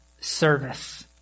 service